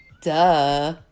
Duh